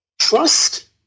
trust